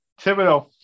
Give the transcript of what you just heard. Thibodeau